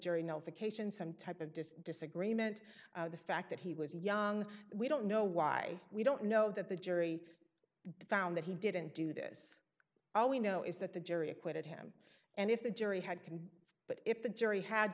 jury nullification some type of disk disagreement the fact that he was young we don't know why we don't know that the jury found that he didn't do this all we know is that the jury acquitted him and if the jury had can but if the jury had